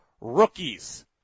rookies